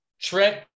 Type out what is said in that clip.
Trent